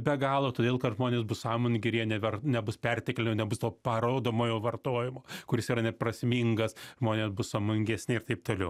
be galo todėl kad žmonės bus sąmoningi ir jie never nebus perteklio nebus to parodomojo vartojimo kuris yra neprasmingas žmonės bus sąmoningesni ir taip toliau